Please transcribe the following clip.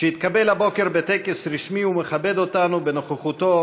שהתקבל היום בטקס רשמי ומכבד אותנו בנוכחותו